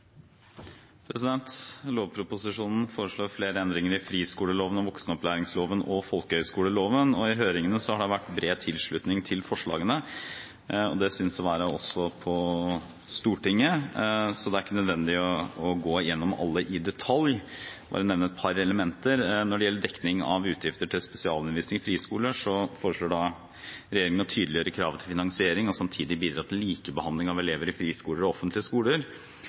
vært bred tilslutning til forslagene. Det synes det å være også på Stortinget, så det er ikke nødvendig å gå gjennom alle i detalj. Jeg vil bare nevne et par elementer. Når det gjelder dekning av utgifter til spesialundervisning i friskoler, foreslår regjeringen å tydeliggjøre kravet til finansiering og samtidig bidra til likebehandling av elever i friskoler og offentlige skoler,